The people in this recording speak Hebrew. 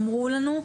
אמרו לנו,